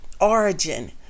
origin